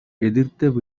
எதிர்த்த